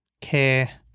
care